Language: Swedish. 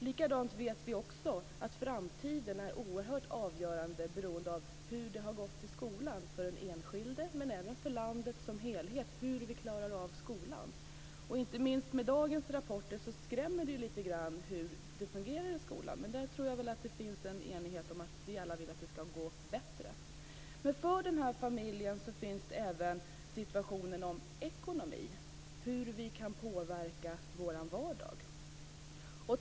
Likadant vet vi också att framtiden är oerhört avgörande beroende av hur det har gått i skolan för den enskilde men även för landet som helhet. Inte minst dagens rapporter ger en skrämmande bild av hur det fungerar i skolan. Nu finns det en enighet om att det ska gå bättre. Men i familjen är det även fråga om ekonomi, hur vi kan påverka vår vardag.